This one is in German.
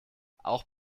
auch